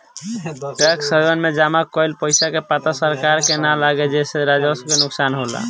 tax haven में जमा कइल पइसा के पता सरकार के ना लागे जेसे राजस्व के नुकसान होला